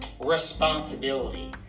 responsibility